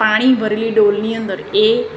પાણી ભરેલી ડોલની અંદર એ